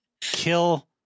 kill